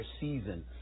season